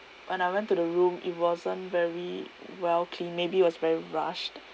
when I went to the room it wasn't very well cleaned maybe it was very rushed